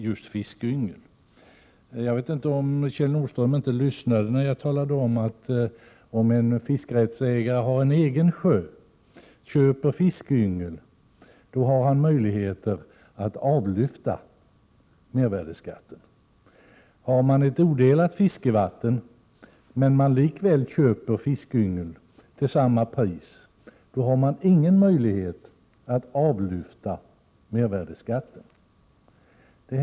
Jag undrar om Kjell Nordström inte lyssnade när jag berättade att om en fiskerättsägare som har en egen sjö köper fiskyngel har han möjligheter att avlyfta mervärdeskatten, men har han ett odelat fiskevatten och likväl köper fiskyngel till samma pris har han ingen möjlighet att avlyfta mervärdeskatten.